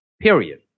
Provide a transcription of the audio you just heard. period